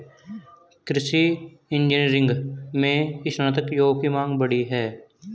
कृषि इंजीनियरिंग में स्नातक युवाओं की मांग बढ़ी है